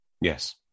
Yes